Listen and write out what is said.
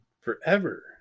forever